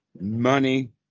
money